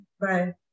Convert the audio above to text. Bye